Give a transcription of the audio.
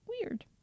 weird